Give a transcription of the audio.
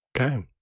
Okay